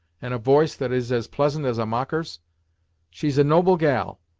and a voice that is as pleasant as a mocker's she's a noble gal,